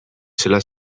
zela